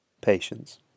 Patience